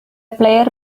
player